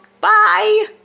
Bye